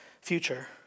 future